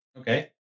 Okay